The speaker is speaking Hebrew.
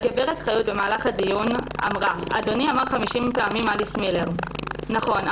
השופטת חיות במהלך הדיון אמרה: "אדוני אמר 50 פעמים 'אליס מילר'." נכון,